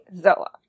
Zola